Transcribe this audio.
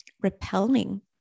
repelling